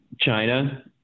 China